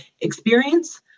experience